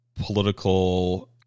political